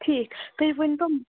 ٹھیٖک تُہۍ ؤنۍتو